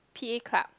p_a club